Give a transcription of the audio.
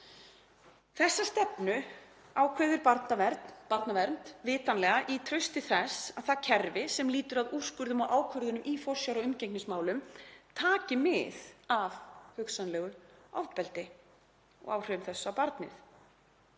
Þessa stefnu ákveður barnavernd vitanlega í trausti þess að það kerfi sem lýtur að úrskurðum og ákvörðunum í forsjár- og umgengnismálum taki mið af hugsanlegu ofbeldi og áhrifum þess á barnið.